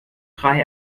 drei